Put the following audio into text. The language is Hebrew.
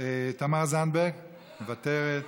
תמר זנדברג, מוותרת,